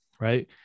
Right